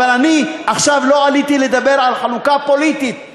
אבל אני לא עליתי עכשיו לדבר על חלוקה פוליטית,